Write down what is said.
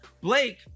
Blake